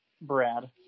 Brad